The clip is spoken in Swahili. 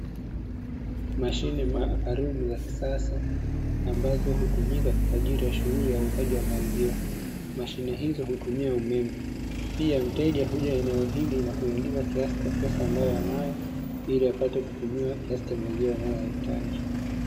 Mashine maalumu za kisasa, ambazo hutumika katika shughuli ya uuzaji wa maziwa, mashine hizo hutumia umeme, pia mteja huja eneo hili na kuingiza kiasi cha pesa ambayo anayo ili apate kupimiwa kiasi cha maziwa anayohitaji.